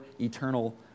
eternal